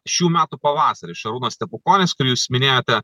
šių metų pavasarį šarūnas stepukonis kurį jūs minėjote